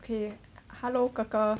okay hello kaka